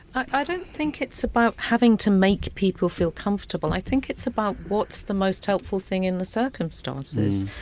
i don't think it's about having to make people feel comfortable, i think it's about what's the most helpful thing in the circumstances.